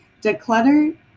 declutter